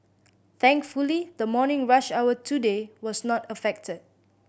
thankfully the morning rush hour today was not affected